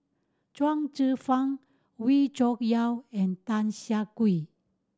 Chuang Zhi Fang Wee Cho Yaw and Tan Siah Kwee